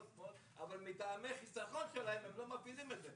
שמאל אבל מטעמי חסכון שלהן הן לא מפעילות את זה.